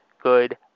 Good